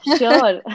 sure